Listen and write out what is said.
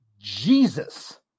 Jesus